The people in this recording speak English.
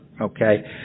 okay